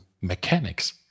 mechanics